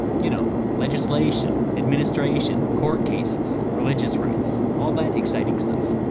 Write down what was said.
you know, legislation, administration, court cases, religious rites, all that exciting stuff.